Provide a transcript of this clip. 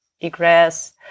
Egress